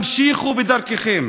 המשיכו בדרככם.